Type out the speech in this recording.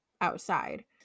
outside